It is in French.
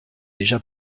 déjà